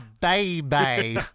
baby